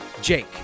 Jake